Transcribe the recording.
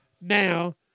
Now